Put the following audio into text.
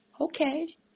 Okay